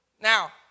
Now